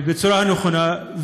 בצורה נכונה.